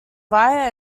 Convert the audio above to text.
via